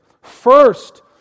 first